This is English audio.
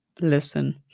listen